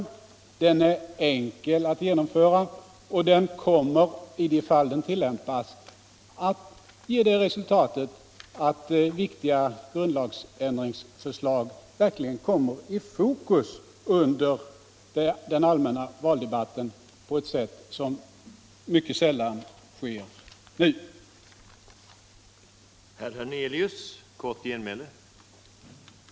Metoden är enkel att genomföra och den kommer i de fall den tillämpas att ge som resultat att viktiga grundlagsändringsförslag verkligen kommer i fokus under den allmänna valdebatten på ett sätt som mycket sällan sker nu.